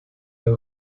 der